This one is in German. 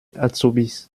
azubis